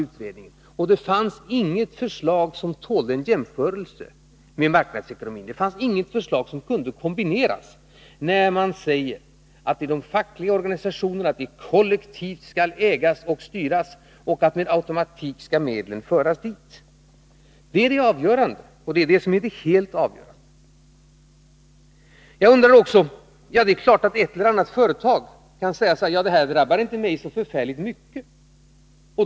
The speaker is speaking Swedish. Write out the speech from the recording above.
Det fanns inget förslag som tålde en jämförelse med marknadsekonomin, det fanns inget förslag som kunde kombineras, när man säger att i de fackliga organisationerna skall medlen kollektivt ägas och styras och med automatik skall medlen föras dit. Det är det som är det helt avgörande. Det är klart att ett eller annat företag kan säga: Detta drabbar inte oss så förfärligt mycket.